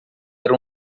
era